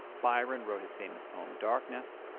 byron wrote his famous poem! degdarkness!